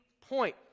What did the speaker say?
point